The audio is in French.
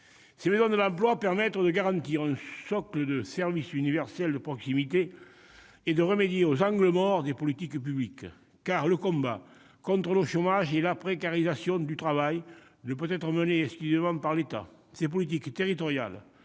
Ces maisons de l'emploi permettent de garantir un socle de services universels de proximité et de remédier aux « angles morts » des politiques publiques. Car le combat contre le chômage et la précarisation du travail ne peut être mené exclusivement par l'État ; ces politiques territoriales